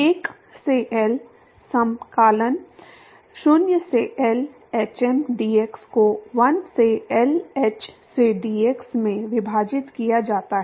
1 से L समाकलन 0 से L hm dx को 1 से L h से dx में विभाजित किया जाता है